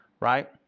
right